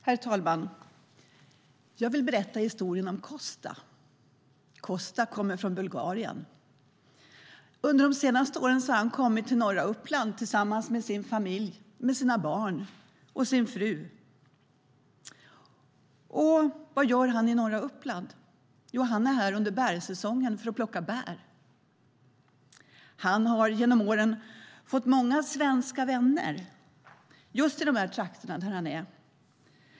Herr talman! Jag vill berätta historien om Kosta. Kosta kommer från Bulgarien. Under de senaste åren har han kommit till norra Uppland tillsammans med sin familj - med sina barn och sin fru. Vad gör han då i norra Uppland? Jo, han är här under bärsäsongen för att plocka bär. Han har genom åren fått många svenska vänner just i de trakter där han är.